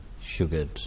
sugared